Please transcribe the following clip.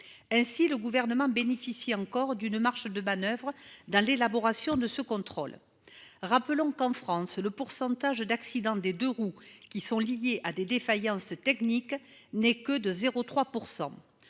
Ainsi le gouvernement bénéficie encore d'une marge de manoeuvre. Dans l'élaboration de ce contrôle. Rappelons qu'en France le pourcentage d'accidents des deux-roues qui sont liés à des défaillances techniques n'est que de 0 3 %.